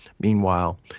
Meanwhile